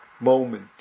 moment